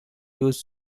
use